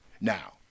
Now